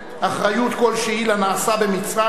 אחריות כלשהי לנעשה במצרים,